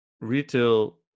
retail